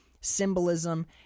symbolism